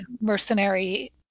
mercenary